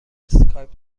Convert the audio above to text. اسکایپ